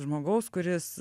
žmogaus kuris